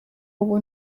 ubu